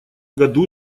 году